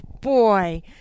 boy